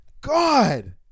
god